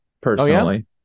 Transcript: personally